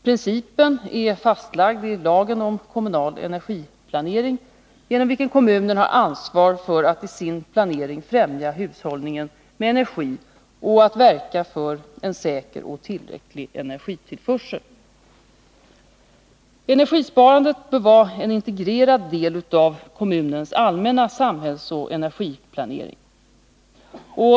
Principen är fastlagd i lagen om kommunal energiplanering genom vilken kommunen har ansvar för att i sin planering främja hushållningen med energi samt att verka för en säker och tillräcklig energitillförsel. Energisparandet bör vara en integrerad del av kommunens allmänna samhällsoch energiplanering.